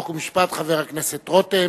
חבר הכנסת רותם.